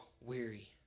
weary